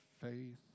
faith